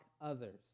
others